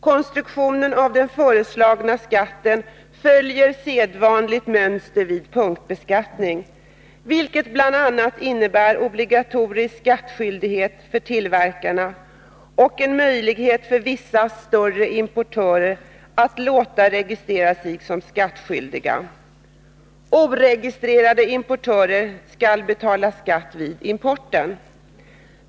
Konstruktionen av den föreslagna skatten följer sedvanligt mönster vid punktbeskattning, vilket bl.a. innebär obligatorisk skattskyldighet för tillverkarna och en möjlighet för vissa större importörer att låta registrera sig som skattskyldiga. Oregistrerade importörer skall betala skatt vid importen.